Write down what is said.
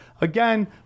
Again